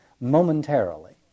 momentarily